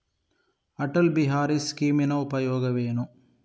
ಅಟಲ್ ಬಿಹಾರಿ ಸ್ಕೀಮಿನ ಉಪಯೋಗವೇನು?